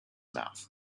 mouth